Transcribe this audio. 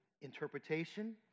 interpretation